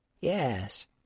Yes